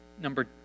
Number